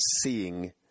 seeing